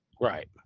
Right